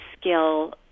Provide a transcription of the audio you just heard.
skill